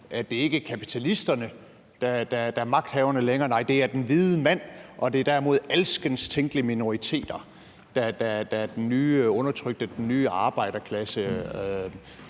at det ikke længere er kapitalisterne, der er magthaverne. Nej, det er den hvide mand, og det er derimod alskens tænkelige minoriteter, der er den nye undertrykte klasse, den nye arbejderklasse.